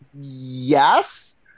yes